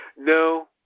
No